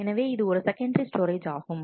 எனவே இது ஒரு செகண்டரி ஸ்டோரேஜ் ஆகும்